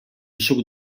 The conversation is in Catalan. suc